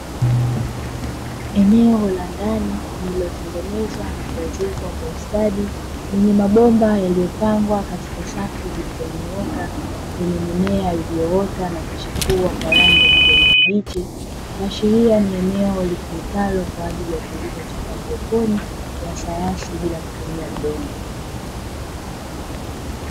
Eneo la ndani lililotengenezwa na kuezekwa kwa ustadi, lenye mabomba yaliyopangwa katika safu zilizonyooka zenye mimea iliyoota na kuchipua kwa rangi ya kijani kibichi, kuashiria ni eneo litumikalo kwa ajili ya kilimo cha haidroponi ya sayansi bila kutumia udongo.